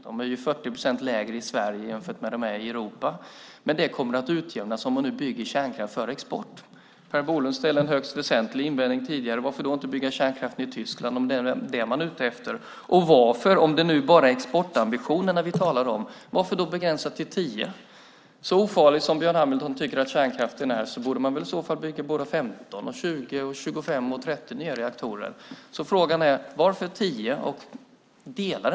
De är 40 procent lägre i Sverige än vad de är i Europa, men det kommer att utjämnas om man nu bygger kärnkraftreaktorer för att exportera kärnkraft. Per Bolund hade en högst väsentlig invändning tidigare, nämligen varför man då inte bygger inte kärnkraftsreaktorer i Tyskland om det är det som man är ute efter. Och om det nu bara är exportambitionerna som vi talar om, varför begränsar man antalet till tio? Så ofarlig som Björn Hamilton tycker att kärnkraften är borde man väl i så fall bygga 15, 20, 25 eller 30 nya reaktorer. Frågan är: Varför ska det vara tio reaktorer?